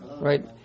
right